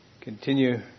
continue